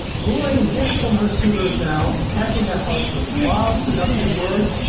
goring gifts from her suitors now enchanting their hearts with wild, seductive words,